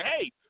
hey